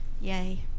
yay